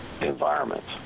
environments